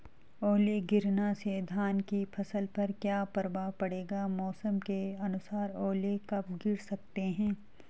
ओले गिरना से धान की फसल पर क्या प्रभाव पड़ेगा मौसम के अनुसार ओले कब गिर सकते हैं?